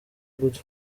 good